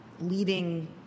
leading